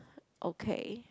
okay